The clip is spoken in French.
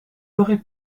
aurait